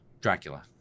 Dracula